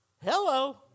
Hello